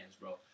bro